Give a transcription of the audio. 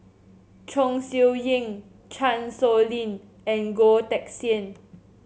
Chong Siew Ying Chan Sow Lin and Goh Teck Sian